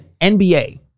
NBA